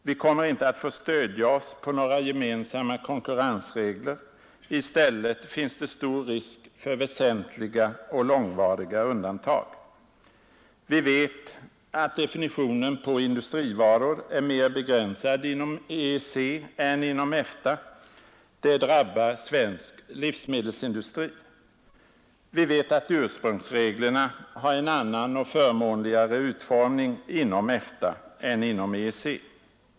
Vi kommer inte att få stödja oss på några gemensamma konkurrensregler — i stället finns det stor risk för väsentliga och långvariga undantag. Vi vet att definitionen på industrivaror är mera begränsad inom EEC än inom EFTA, det drabbar svensk livsmedelsindustri. Vi vet att ursprungsreglerna har en annan och förmånligare utformning inom EFTA än inom EEC.